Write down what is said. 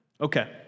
Okay